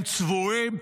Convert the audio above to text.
הם צבועים,